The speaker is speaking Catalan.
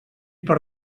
per